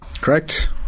Correct